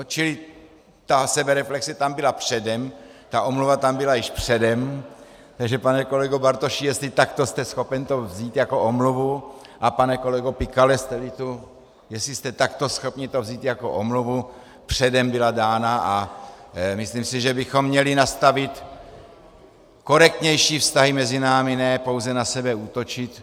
Čili ta sebereflexe tam byla předem, ta omluva tam byla již předem, takže pane kolego Bartoši, jestli takto jste schopen to vzít jako omluvu, a pane kolego Pikale, jsteli tu, jestli jste takto schopni to vzít jako omluvu, předem byla dána a myslím, že bychom měli nastavit korektnější vztahy mezi námi, ne pouze na sebe útočit.